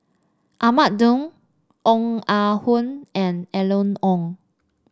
Ahmad Daud Ong Ah Hoi and Eleanor Wong